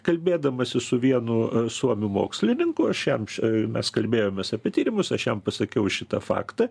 kalbėdamasis su vienu suomių mokslininku aš jam mes kalbėjomės apie tyrimus aš jam pasakiau šitą faktą